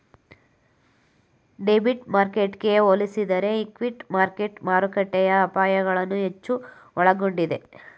debit ಮಾರ್ಕೆಟ್ಗೆ ಹೋಲಿಸಿದರೆ equity market ಮಾರುಕಟ್ಟೆಯ ಅಪಾಯಗಳನ್ನು ಹೆಚ್ಚು ಒಳಗೊಂಡಿದೆ